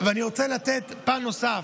אני רוצה לתת פן נוסף.